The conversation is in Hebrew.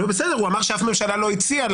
הוא אמר שאף ממשלה לא הציעה.